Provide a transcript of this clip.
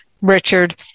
Richard